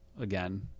again